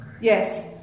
yes